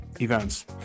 events